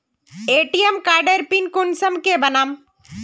ATM कार्डेर pin कुंसम के बनाम?